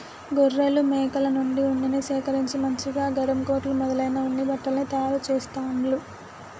గొర్రెలు మేకల నుండి ఉన్నిని సేకరించి మంచిగా గరం కోట్లు మొదలైన ఉన్ని బట్టల్ని తయారు చెస్తాండ్లు